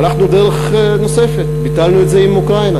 הלכנו דרך נוספת וביטלנו את זה לגבי אוקראינה.